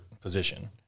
position